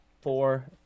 four